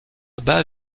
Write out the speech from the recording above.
bas